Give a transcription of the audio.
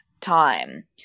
time